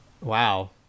Wow